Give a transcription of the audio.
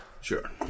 Sure